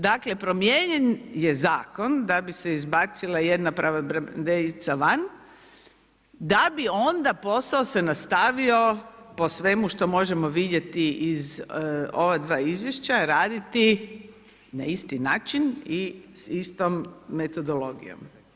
Dakle promijenjen je zakon da bi se izbacila jedna pravobraniteljica van da bi onda posao se nastavio po svemu što možemo vidjeti iz ova dva izvješća raditi na isti način i s istom metodologijom.